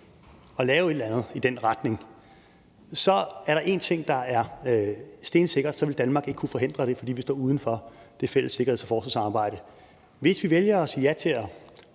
af dem, der ønsker at lave en EU-hær, er der en ting, der er stensikker, og det er, at Danmark ikke ville kunne forhindre det, fordi vi står uden for det fælles sikkerheds- og forsvarssamarbejde. Hvis vi vælger at sige ja til